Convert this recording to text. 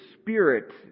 Spirit